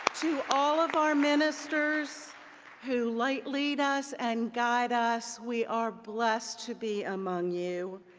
to all of our ministers who like lead us and guide us, we are blessed to be among you.